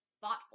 thoughtful